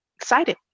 excited